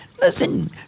Listen